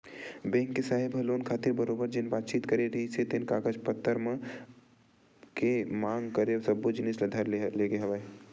bank के साहेब ह लोन खातिर बरोबर जेन बातचीत करे रिहिस हे जेन कागज पतर मन के मांग करे सब्बो जिनिस ल धर के लेगे रेहेंव